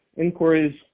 inquiries